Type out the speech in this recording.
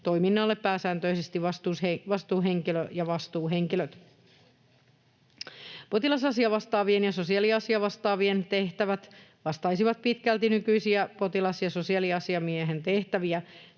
toiminnalle pääsääntöisesti vastuuhenkilö. Potilasasiavastaavien ja sosiaaliasiavastaavien tehtävät vastaisivat pitkälti nykyisiä potilas- ja sosiaaliasiamiehen tehtäviä.